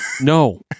No